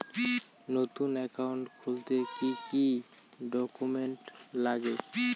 নতুন একাউন্ট খুলতে কি কি ডকুমেন্ট লাগে?